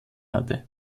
hatte